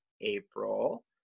April